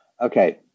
okay